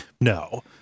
No